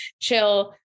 chill